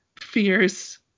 fears